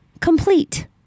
complete